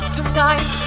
Tonight